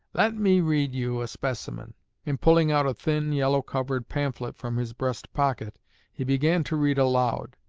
let me read you a specimen and pulling out a thin yellow-covered pamphlet from his breast pocket he began to read aloud.